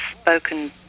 spoken